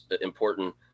important